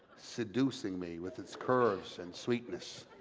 seducing me with its curves and sweetness.